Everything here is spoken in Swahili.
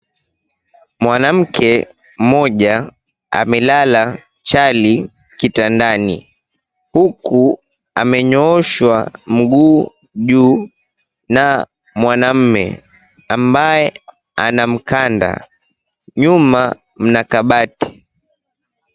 Mwanamke mmoja amelala chali kitandani huku amenyooshwa mguu juu na mwanaume ambaye anamkanda, nyuma mna kabati.